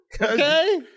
Okay